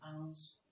ounce